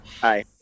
hi